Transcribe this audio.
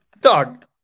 dog